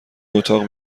اتاق